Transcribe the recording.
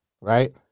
right